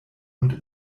und